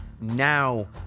now